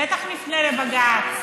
בטח נפנה לבג"ץ,